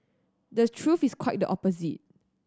the truth is quite the opposite